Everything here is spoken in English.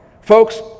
Folks